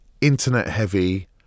internet-heavy